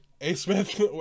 A-Smith